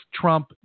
Trump